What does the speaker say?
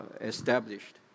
established